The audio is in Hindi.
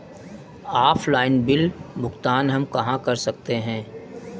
ऑफलाइन बिल भुगतान हम कहां कर सकते हैं?